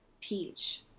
Peach